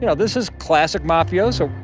you know this is classic mafiaism.